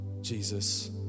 Jesus